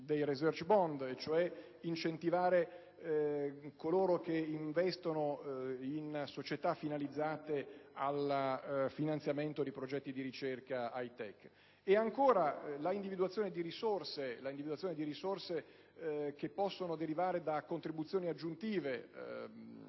di deduzione fiscale coloro che investono in società finalizzate al finanziamento di progetti di ricerca *high-tech,* ed ancora, l'individuazione di risorse che possono derivare da contribuzioni aggiuntive